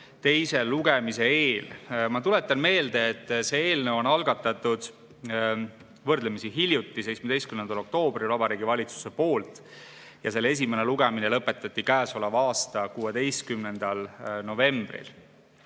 teise lugemise eel. Ma tuletan meelde, et selle eelnõu algatas võrdlemisi hiljuti, 17. oktoobril Vabariigi Valitsus ja selle esimene lugemine lõpetati käesoleva aasta 16. novembril.